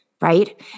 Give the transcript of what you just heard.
Right